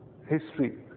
history